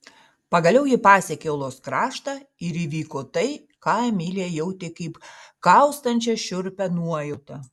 pagaliau ji pasiekė uolos kraštą ir įvyko tai ką emilija jautė kaip kaustančią šiurpią nuojautą